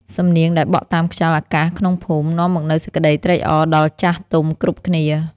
សំនៀងដែលបក់តាមខ្យល់អាកាសក្នុងភូមិ នាំមកនូវសេចក្ដីត្រេកអរដល់ចាស់ទុំគ្រប់គ្នា។